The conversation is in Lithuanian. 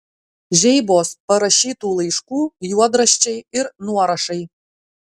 žeibos parašytų laiškų juodraščiai ir nuorašai